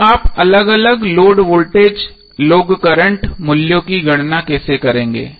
तो आप अलग अलग लोड वोल्टेज लोड करंट मूल्यों की गणना कैसे करेंगे